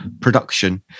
production